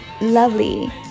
lovely